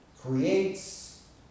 creates